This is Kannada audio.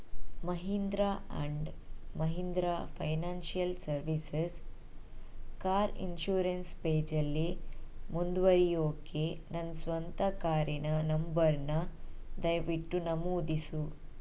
Mahindra and Mahindra financial services car insurance ಪೇಜಲ್ಲಿ ಮುಂದುವರಿಯೋಕ್ಕೆ ನನ್ನ ಸ್ವಂತ ಕಾರಿನ ನಂಬರನ್ನ ದಯವಿಟ್ಟು ನಮೂದಿಸು